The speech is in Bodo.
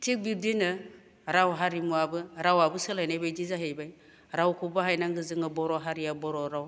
थिग बिबदिनो राव हारिमुवाबो रावाबो सोलायनाय बायदि जाहैबाय रावखौ बाहायनांगो जोंनाव बर' हारिया बर' राव